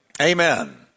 Amen